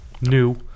new